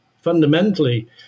fundamentally